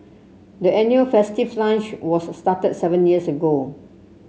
the annual festive lunch was started seven years ago